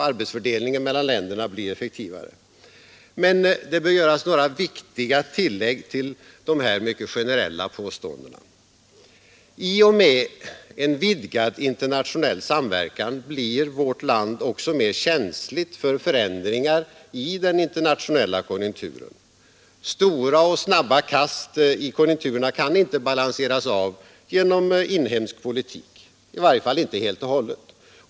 Arbetsfördelningen länderna emellan blir effektivare. Men det bör göras några viktiga tillägg till dessa mycket generella påståenden. I och med en vidgad internationell samverkan blir vårt land också mer känsligt för förändringar i den internationella konjunkturen. Stora och snabba kast i konjunkturerna kan inte balanseras av genom inhemsk politik — i varje fall inte helt och hållet.